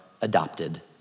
adopted